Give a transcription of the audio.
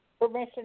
Permission